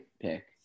pick